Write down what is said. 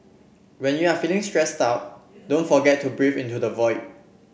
when you are feeling stressed out don't forget to breathe into the void